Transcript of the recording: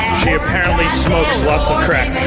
she apparently smokes lots of crack.